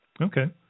Okay